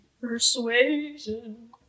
Persuasion